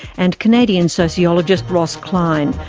and canadian sociologist ross klein,